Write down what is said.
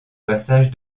passage